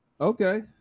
Okay